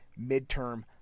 midterm